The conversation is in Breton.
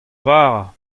bara